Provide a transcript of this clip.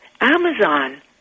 Amazon